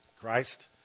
Christ